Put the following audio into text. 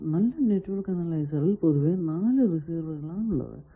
എന്നാൽ നല്ല നെറ്റ്വർക്ക് അനലൈസറിൽ പൊതുവായി 4 റിസീവറുകൾ ആണ് ഉള്ളത്